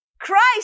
Christ